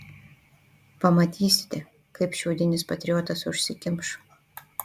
pamatysite kaip šiaudinis patriotas užsikimš